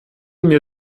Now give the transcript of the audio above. mir